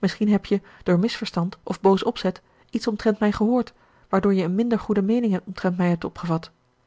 misschien heb je door misverstand of boos opzet iets omtrent mij gehoord waardoor je een minder goede meening omtrent mij hebt opgevat